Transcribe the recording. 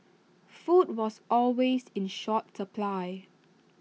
food was always in short supply